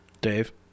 Dave